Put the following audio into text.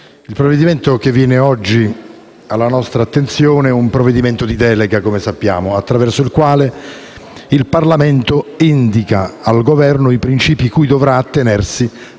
Presidente, quello oggi alla nostra attenzione è un provvedimento di delega, attraverso il quale il Parlamento indica al Governo i principi cui dovrà attenersi